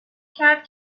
کرد